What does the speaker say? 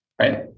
right